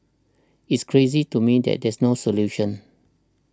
it's crazy to me that there's no solution